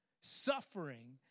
Suffering